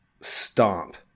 stomp